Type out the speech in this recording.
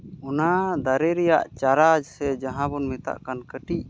ᱚᱱᱟ ᱫᱟᱨᱮ ᱨᱮᱭᱟᱜ ᱪᱟᱨᱟ ᱥᱮ ᱡᱟᱦᱟᱸ ᱵᱚᱱ ᱢᱮᱛᱟᱜ ᱠᱟᱱ ᱠᱟᱹᱴᱤᱡ